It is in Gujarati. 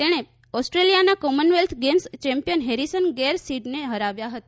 તેણે ઓસ્ટ્રેલિયાના કોમનવેલ્થ ગેમ્સ ચેમ્પિયન હેરિસન ગેર સીડને ફરાવ્યા હતા